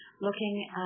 looking